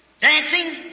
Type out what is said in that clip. dancing